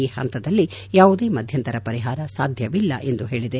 ಈ ಹಂತದಲ್ಲಿ ಯಾವುದೇ ಮಧ್ಯಂತರ ಪರಿಹಾರ ಸಾಧ್ಯವಿಲ್ಲ ಎಂದು ಹೇಳಿದೆ